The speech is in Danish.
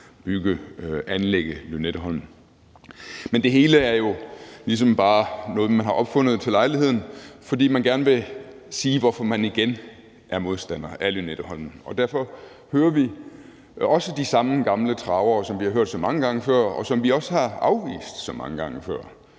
bygge anlægget Lynetteholm. Men det hele er jo ligesom bare noget, man har opfundet til lejligheden, fordi man gerne igen vil sige, hvorfor man er modstander af Lynetteholmen, og derfor hører vi også de samme gamle travere, som vi har hørt så mange gange før, og som vi også har afvist så mange gange før.